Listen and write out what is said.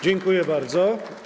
Dziękuję bardzo.